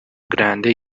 grande